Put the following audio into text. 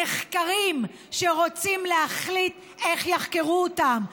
נחקרים שרוצים להחליט איך יחקרו אותם,